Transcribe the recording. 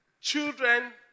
Children